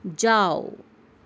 جاؤ